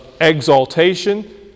exaltation